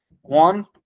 One